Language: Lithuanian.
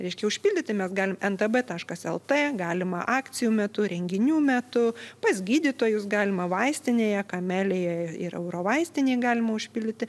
reiškia užpildyti mes galim ntb taškas lt galima akcijų metu renginių metu pas gydytojus galima vaistinėje kamelija ir eurovaistinėj galima užpildyti